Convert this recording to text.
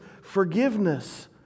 forgiveness